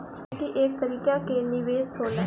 equity एक तरीका के निवेश होला